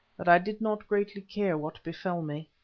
that i did not greatly care what befell me.